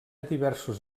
diversos